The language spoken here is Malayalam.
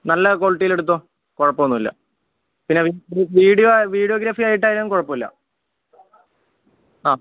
നല്ല ക്വാളിറ്റിയിൽ എടുത്തോ കുഴപ്പം ഒന്നുമില്ല പിന്നെ വീഡിയോ വീഡിയോഗ്രാഫി ആയിട്ടായാലും കുഴപ്പമില്ല ആ